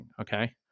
Okay